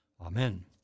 Amen